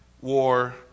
war